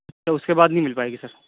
اچھا اس کے بعد نہیں مل پائے گی سر